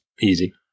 easy